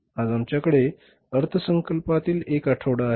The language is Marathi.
आज आमच्याकडे अर्थसंकल्पातील एक आठवडा आहे